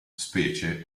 specie